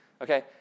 Okay